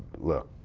look,